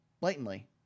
blatantly